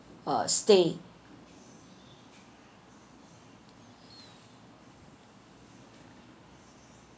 uh stay